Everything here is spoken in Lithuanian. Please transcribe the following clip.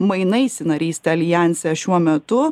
mainais į narystę aljanse šiuo metu